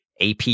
AP